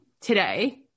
today